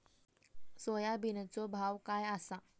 सोयाबीनचो भाव काय आसा?